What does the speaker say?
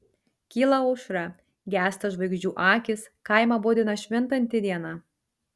kyla aušra gęsta žvaigždžių akys kaimą budina švintanti diena